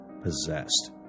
possessed